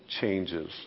changes